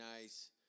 nice